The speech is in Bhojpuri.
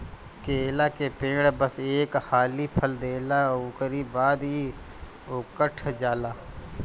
केला के पेड़ बस एक हाली फल देला उकरी बाद इ उकठ जाला